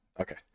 okay